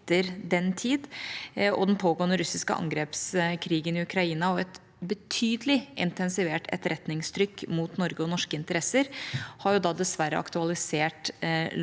etter den tid, og den pågående russiske angrepskrigen i Ukraina og et betydelig intensivert etterretningstrykk mot Norge og norske interesser har dessverre aktualisert